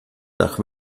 nach